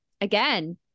again